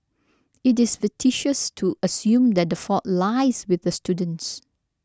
it is facetious to assume that the fault lies with the students